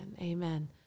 amen